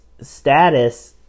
status –